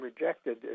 rejected